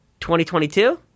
2022